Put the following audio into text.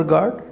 God